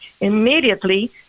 Immediately